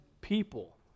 people